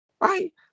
Right